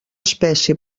espècie